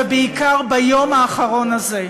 ובעיקר ביום האחרון הזה.